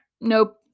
Nope